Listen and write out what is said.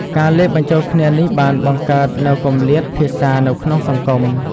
ការលាយបញ្ចូលគ្នានេះបានបង្កើតនូវគម្លាតភាសានៅក្នុងសង្គម។